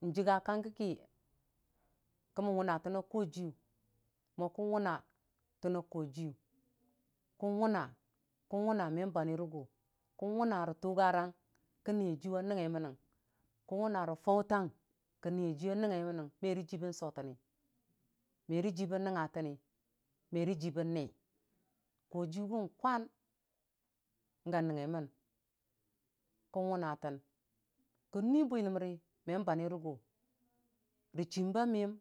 N'jiga kang kəki kəmən wʊna təna kəjiiyʊ mo kən wʊ na tənaa kojiiyʊ kən wʊna kən wʊna men banyi rə gʊ kən wʊna rətugarana kə niiyajiiyʊ a nəngnga mənnəng kən wʊna rə fautang kə niiyajiiyʊ a nəngnga mənnən mərə jii bən sotəni merə tii bən nəngnga təni merə jii bən nee, kojiiyʊ kən kwan ga nəngnga mən kən wʊna tən kənnyi bwiləmri men banyi rəgʊ rəchim ba miyəm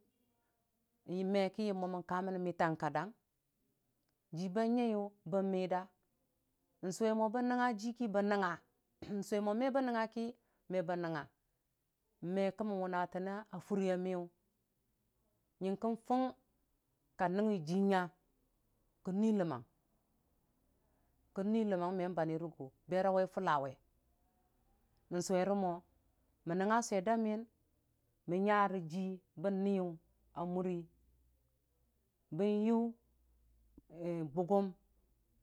n'mekənyəm mo ka məni mitang kadaa, jii ba nyangyʊ bən mida n'suwe mo bən nəngnga jii ki bənəngnga suwe mo me bənəngnga ki, me be nəngnga me kəmmən wʊna tən furəya miyʊ nyənkə fung ka nung ngi jii nya kən nui ləmmang kən nyi rəmmang men banyi rəgʊ bera wai fʊllawe mən suwere mo mənnəngnga sweirta miyin mən nyarəjii bən niyʊ a murə bən yʊ bʊgʊm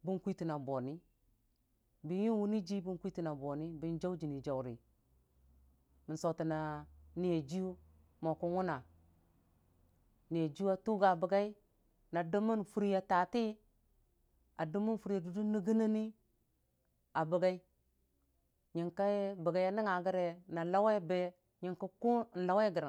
bən kwi tənna boni bən yʊq wʊni jii bən kwitənna boni bən jau jənnii jaure mən sotənna niiyajiiyu mo kən wʊna, nii yajiiyʊ a kʊga bəgai na dəmmən furəya taatii, a dəmmən furəya dudə nɨnggənni a ba gai nyəkə bəgai a nəngnga gəre na lauwe gəreng.